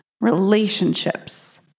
relationships